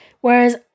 whereas